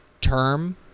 term